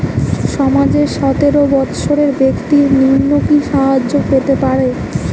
সমাজের সতেরো বৎসরের ব্যাক্তির নিম্নে কি সাহায্য পেতে পারে?